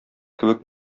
кебек